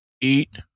eat